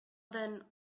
then